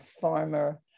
farmer